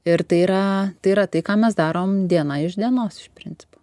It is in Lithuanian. ir tai yra tai yra tai ką mes darom diena iš dienos iš principo